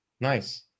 nice